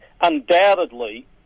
undoubtedly